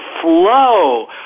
flow